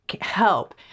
help